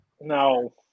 No